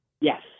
Yes